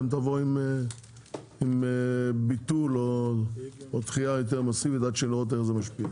תבואו עם ביטול או דחייה יותר מאסיבית עד שלראות איך זה משפיע.